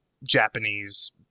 Japanese